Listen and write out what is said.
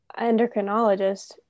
endocrinologist